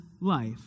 life